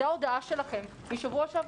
זאת ההודעה שלכם משבוע שעבר.